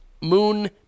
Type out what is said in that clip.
Moon